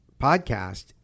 podcast